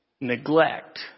neglect